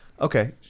Okay